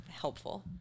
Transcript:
helpful